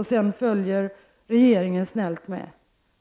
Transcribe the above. Regeringen följer snällt med,